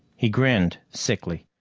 he grinned sickly.